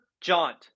Jaunt